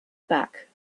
back